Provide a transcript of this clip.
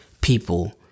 people